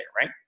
right